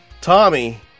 Tommy